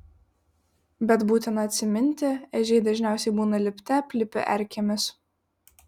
bet būtina atsiminti ežiai dažniausiai būna lipte aplipę erkėmis